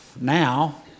now